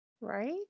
Right